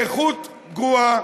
באיכות גרועה,